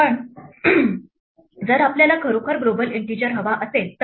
पण जर आपल्याला खरोखर ग्लोबल इन्टिजर हवा असेल तर